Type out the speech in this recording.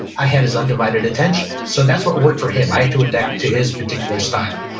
i had his undivided attention, so that's what worked for him. i had to adapt to his particular style.